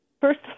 first